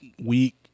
week